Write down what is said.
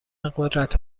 قدرت